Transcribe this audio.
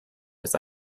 his